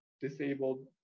disabled